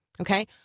okay